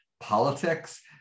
politics